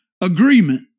agreement